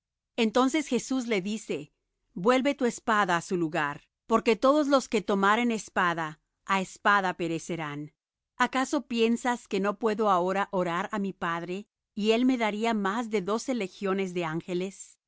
entonces jesús le dice vuelve tu espada á su lugar porque todos los que tomaren espada á espada perecerán acaso piensas que no puedo ahora orar á mi padre y él me daría más de doce legiones de ángeles